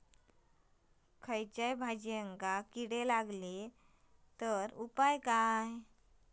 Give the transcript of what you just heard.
कसल्याय भाजायेंका किडे लागले तर उपाय काय?